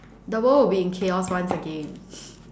the world will be in chaos once again